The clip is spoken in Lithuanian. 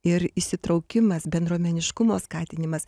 ir įsitraukimas bendruomeniškumo skatinimas